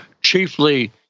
chiefly